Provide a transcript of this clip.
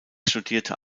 studierte